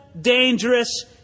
dangerous